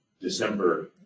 december